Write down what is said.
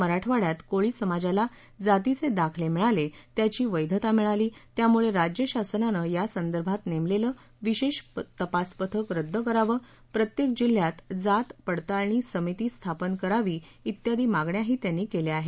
मराठवाङ्यात कोळी समाजाला जातीचे दाखल मिळाले त्याची वैधता मिळाली त्यामुळे राज्य शासनानं यासंदर्भात नेमलेलं विशेष तपास पथक रद्द करावं प्रत्येक जिल्ह्यात जात पडताळणी समिती स्थापन करावी आदी मागण्याही त्यांनी केल्या आहेत